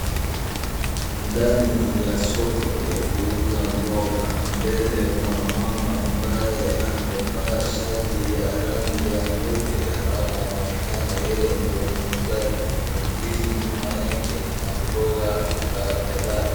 Ndani ya soko ya kuuza mboga. Mbele kuna mama ambaye amevaa shati ya rangi ya nyeupe, alafu anaonekana yeye ndio muuzaji. Kuna ndizi nyuma yake na mboga ka, kadhaa.